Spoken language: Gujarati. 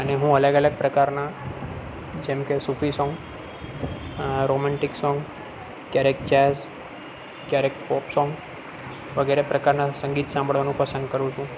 અને હું અલગ અલગ પ્રકારના જેમકે સૂફી સોંગ રોમેન્ટિક સોંગ ક્યારેક જેઝ ક્યારેક પોપ સોંગ વગેરે પ્રકારના સંગીત સાંભળવાનું પસંદ કરું છું